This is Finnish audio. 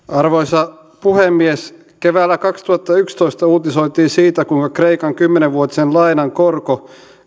arvoisa puhemies keväällä kaksituhattayksitoista uutisoitiin siitä kuinka kreikan kymmenen vuotisen lainan korko